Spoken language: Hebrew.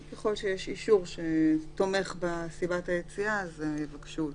ככל שיש אישור שתומך בסיבת היציאה, יבקשו אותו.